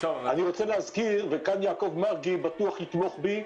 אני רוצה להזכיר וכאן יעקב מרגי בטוח יתמוך בי,